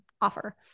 offer